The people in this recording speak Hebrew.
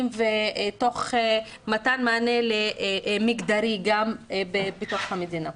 תוך מתן מענה מגדרי גם בתוך המדינה.